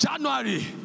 January